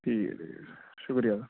ٹھیک ہے ٹھیک ہے شکریہ سر